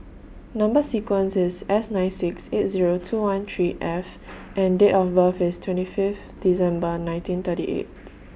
Number sequence IS S nine six eight Zero two one three F and Date of birth IS twenty Fifth December nineteen thirty eight